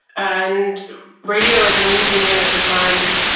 and radio, as a new medium at the time,